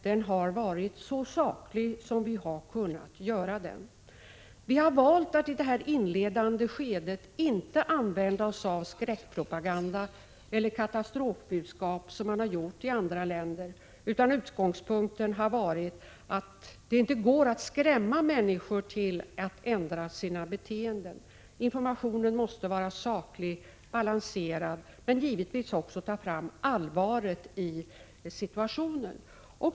Den har varit så saklig som vi har kunnat göra den. Vi har valt att i det inledande skedet inte använda oss av skräckpropaganda eller katastrofbudskap, som man har gjort i andra länder, utan utgångspunkten har varit att det inte går att skrämma människor till att ändra sina beteenden. Informationen måste vara saklig och balanserad men måste givetvis också ta fram allvaret i situationen.